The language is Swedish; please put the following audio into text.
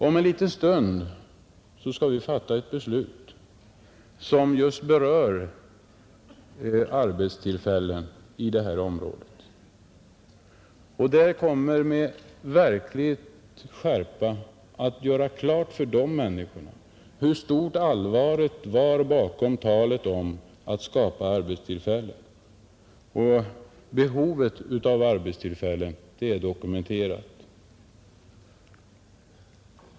Om en liten stund skall vi fatta ett beslut som just berör arbetstillfällen i detta område. Det kommer med verklig skärpa att klargöra för människorna i inlandskommunen Gällivare hur stort allvaret var bakom talet om att skapa arbetstillfällen — och behovet av arbetstillfällen är dokumenterat.